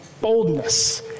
boldness